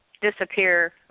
disappear